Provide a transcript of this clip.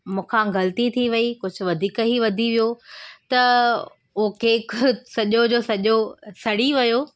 मूंखां ग़लती थी वई कुझु वधीक ई वधी वियो त उहो केक सॼो जो सॼो सड़ी वियो